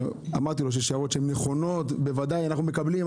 אמרתי לו שאם יש הערות נכונות בוודאי שאנחנו מקבלים,